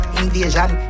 invasion